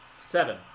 seven